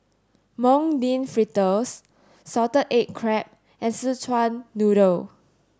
mung bean fritters salted egg crab and Szechuan noodle